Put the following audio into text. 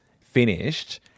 finished